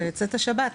בצאת השבת,